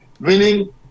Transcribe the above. winning